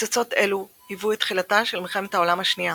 הפצצות אלו היוו את תחילתה של מלחמת העולם השנייה.